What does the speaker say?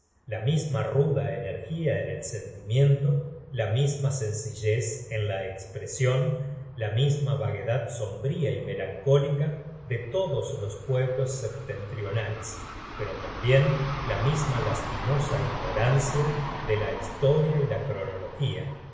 la misma ruda energía en el sentimiento la misma sencillez en la espresion la misma vaguedad sombría y melancólica de todos los pueblos septentrionales pero tambien la misma lastimosa ignorancia de la historia y la cronología